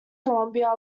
columbia